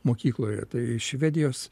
mokykloje tai švedijos